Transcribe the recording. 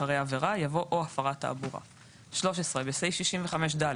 אחרי "עבירה" יבוא "או הפרת תעבורה"; (13)בסעיף 65ד,